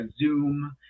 Zoom –